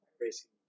racing